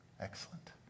Excellent